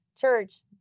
church